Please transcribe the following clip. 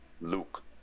Luke